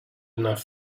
enough